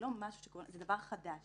זה לא משהו שקורה, זה דבר חדש.